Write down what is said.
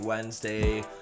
Wednesday